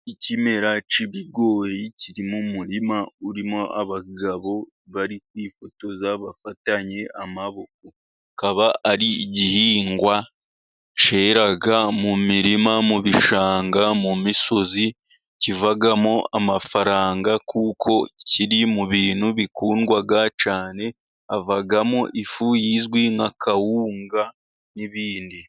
Ikimera cy'ibigori kiri mu murima urimo abagabo bari kwifotoza bafatanye amaboko. Kikaba ari igihingwa cyera mu mirima, mu bishanga, mu misozi, kivamo amafaranga kuko kiri mu bintu bikundwa cyane havamo ifu izwi nka kawunga n'ibindi.